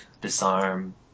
Disarm